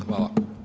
Hvala.